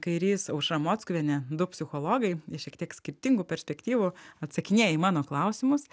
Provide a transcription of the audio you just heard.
kairys aušra mockuvienė du psichologai iš šiek tiek skirtingų perspektyvų atsakinėja į mano klausimus